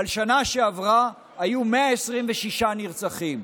אבל בשנה שעברה היו 126 נרצחים.